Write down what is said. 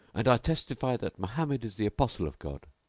and i testify that mohammed is the apostle of god.